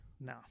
No